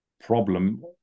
problem